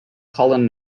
cullen